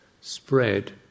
spread